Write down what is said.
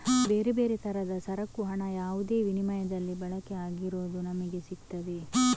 ಬೇರೆ ಬೇರೆ ತರದ ಸರಕು ಹಣ ಯಾವುದೇ ವಿನಿಮಯದಲ್ಲಿ ಬಳಕೆ ಆಗಿರುವುದು ನಮಿಗೆ ಸಿಗ್ತದೆ